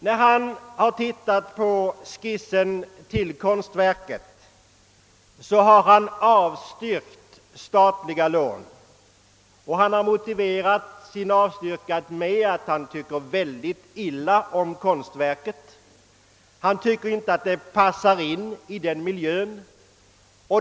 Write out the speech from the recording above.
Sedan han har sett på skissen har han avstyrkt statliga lån och hår motiverat sitt avstyrkande med att han tycker mycket illa om konstverket. Han tycker inte att det passar i ifrågavarande - miljö.